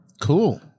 Cool